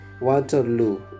Waterloo